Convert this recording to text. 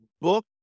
book